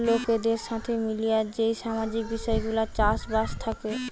লোকদের সাথে মিলিয়ে যেই সামাজিক বিষয় গুলা চাষ বাসে থাকে